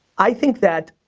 i think that,